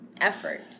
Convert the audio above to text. effort